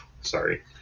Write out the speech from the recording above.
sorry